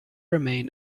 remain